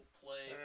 play